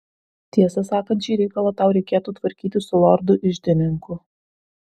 tiesą sakant šį reikalą tau reikėtų tvarkyti su lordu iždininku